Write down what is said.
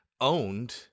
owned